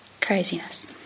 craziness